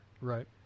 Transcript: Right